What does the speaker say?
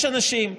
יש אנשים,